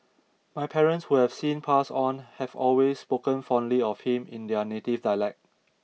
my parents who have since passed on have always spoken fondly of him in their native dialect